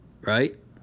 right